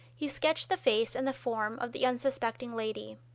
he sketched the face and the form of the unsuspecting lady.